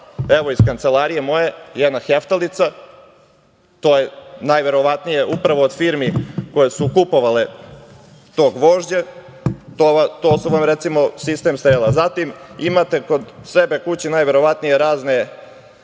Evo iz kancelarije moje jedna heftalica. To je najverovatnije od firmi koje su kupovale to gvožđe, to vam je, recimo, sistem Strela. Zatim, imate kod sebe kući najverovatnije razne